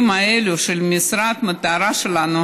המטרה שלנו